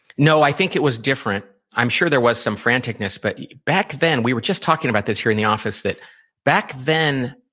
no, i think it was different. i'm sure there was some franticness. but back then, we were just talking about this in the office, that back then,